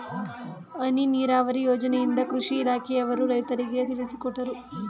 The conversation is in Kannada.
ಹನಿ ನೀರಾವರಿ ಯೋಜನೆಯಿಂದ ಕೃಷಿ ಇಲಾಖೆಯವರು ರೈತರಿಗೆ ತಿಳಿಸಿಕೊಟ್ಟರು